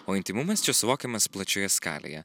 o intymumas čia suvokiamas plačioje skalėje